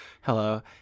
Hello